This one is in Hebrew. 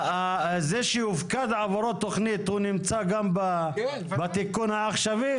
זה שהופקד עבורו תכנית הוא נמצא גם בתיקון העכשווי?